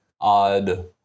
odd